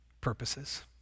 purposes